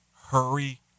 Hurry